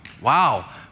wow